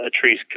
tree's